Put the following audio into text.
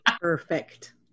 perfect